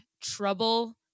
trouble